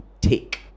take